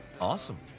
Awesome